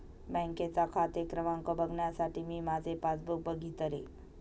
बँकेचा खाते क्रमांक बघण्यासाठी मी माझे पासबुक बघितले